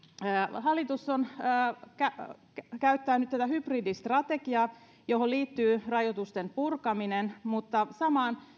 hallitus käyttää nyt tätä hybridistrategiaa johon liittyy rajoitusten purkaminen mutta samaan